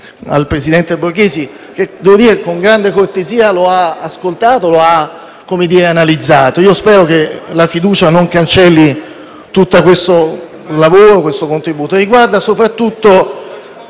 il presidente Borghesi con grande cortesia lo ha letto e analizzato e spero che la fiducia non cancelli tutto questo lavoro e questo contributo.